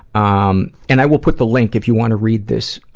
um and i will put the link, if you want to read this, ah,